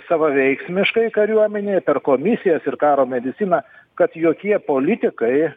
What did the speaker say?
savaveiksmiškai kariuomenėje per komisijos ir karo mediciną kad jokie politikai